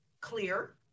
clear